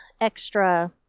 extra